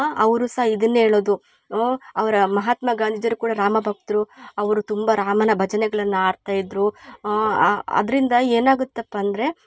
ಅವರು ಸಹ ಇದನ್ನೆ ಹೇಳೋದು ಅವರ ಮಹಾತ್ಮ ಗಾಂಧೀಜಿಯವರು ಕೂಡ ರಾಮ ಭಕ್ತರು ಅವರು ತುಂಬ ರಾಮನ ಭಜನೆಗಳನ್ನ ಹಾಡ್ತಯಿದ್ರು ಅದ್ರಿಂದ ಏನಾಗುತಪ್ಪ ಅಂದರೆ